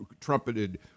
trumpeted